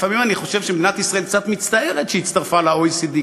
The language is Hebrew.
לפעמים אני חושב שמדינת ישראל קצת מצטערת שהיא הצטרפה ל-OECD,